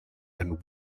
and